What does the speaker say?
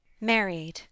married